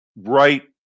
right